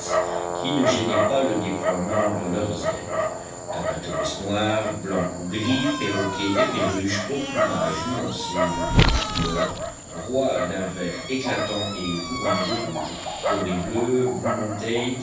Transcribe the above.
qui ne gênaient pas le déploiement de leurs ailes kakatoès noirs blancs ou gris perroquets et perruches au plumage nuancé de toutes les couleurs rois d'un vert éclatant et couronnés de rouge loris bleus